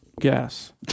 gas